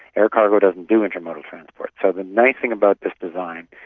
air cargo doesn't do intermodal transport. so the nice thing about this design,